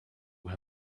her